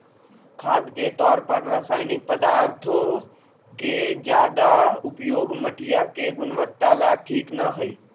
खाद के तौर पर रासायनिक पदार्थों के ज्यादा उपयोग मटिया के गुणवत्ता ला ठीक ना हई